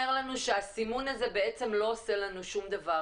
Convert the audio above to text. לנו שהסימון הזה בעצם לא עושה לנו שום דבר.